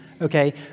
okay